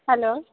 hello